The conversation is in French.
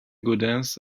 gaudens